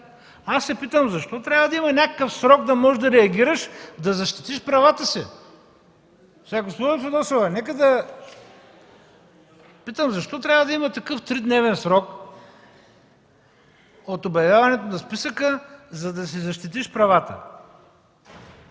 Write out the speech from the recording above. Аз се питам защо трябва да има някакъв срок, за да можеш да реагираш и да защитиш правата си? Госпожо Фидосова, питам защо трябва да има такъв тридневен срок от обявяването на списъка, за да си защитиш правата?